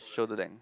shoulder length